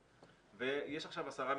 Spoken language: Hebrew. אנשי צוות, ויש עכשיו 10 מתנגדים.